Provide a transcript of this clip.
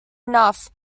enough